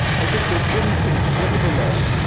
i think that jim thinks nevertheless,